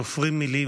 סופרים מילים,